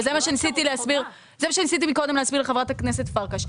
וזה מה שניסיתי להסביר לחברת הכנסת פרקש.